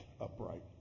upright